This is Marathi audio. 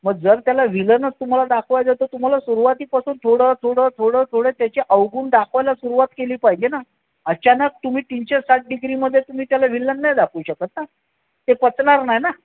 मग जर त्याला विलनच तुम्हाला दाखवायचं तर तुम्हाला सुरुवातीपासून थोडं थोडं थोडं थोडं त्याचे अवगुण दाखवायला सुरुवात केली पाहिजे ना अचानक तुम्ही तीनशे साठ डिग्रीमध्ये तुम्ही त्याला विलन नाही दाखवू शकत ना ते पचणार नाही ना